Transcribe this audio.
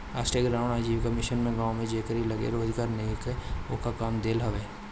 राष्ट्रीय ग्रामीण आजीविका मिशन से गांव में जेकरी लगे रोजगार नईखे ओके काम देहल हवे